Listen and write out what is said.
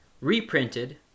reprinted